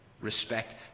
Respect